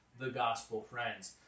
thegospelfriends